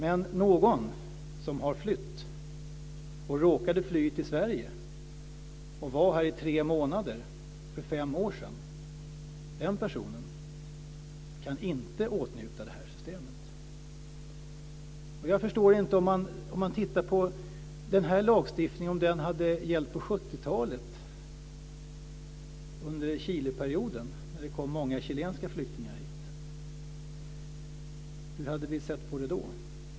Men en person som har flytt och råkade fly till Sverige och var här i tre månader för fem år sedan kan inte åtnjuta det här systemet. Tänk om den här lagstiftningen hade gällt på 70 talet under Chileperioden, när det kom många chilenska flyktingar hit. Hur hade vi sett på det då?